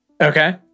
Okay